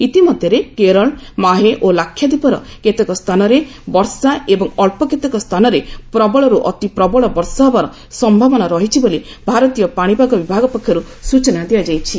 ଇତିମଧ୍ୟରେ କେରଳ ମାହେ ଓ ଲାକ୍ଷାଦୀପର କେତେକ ସ୍ଥାନରେ ବର୍ଷା ଏବଂ ଅଳ୍ପ କ୍ରେତକେ ସ୍ଥାନରେ ପ୍ରବଳରୁ ଅତି ପ୍ରବଳ ବର୍ଷା ହେବାର ସମ୍ଭାବନା ରହିଛି ବୋଲି ଭାରତୀୟ ପାଣିପାଗ ବିଭାଗ ପକ୍ଷରୁ ସ୍ବଚନା ଦିଆଯାଇଛି